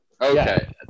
Okay